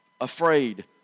afraid